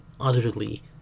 utterly